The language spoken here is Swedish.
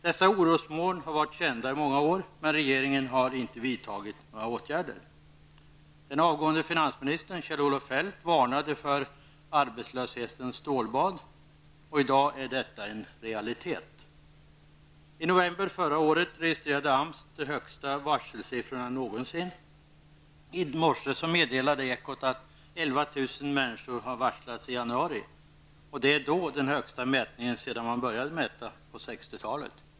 Dessa orosmoln har varit kända i många år, men regeringen har inte vidtagit några åtgärder. Den avgående finansministern, Kjell-Olof Feldt, varnade för ''arbetslöshetens stålbad''. I dag är detta en realitet. I november förra året registrerade AMS de högsta varselsiffrorna någonsin. I morse meddelade Ekot att 11 000 människor har varslats i januari. Det är den högsta siffran sedan man började mäta på 60-talet.